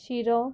शिरो